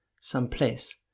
someplace